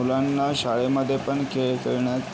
शाळेमध्ये पण खेळ खेळण्यात